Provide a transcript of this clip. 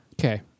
Okay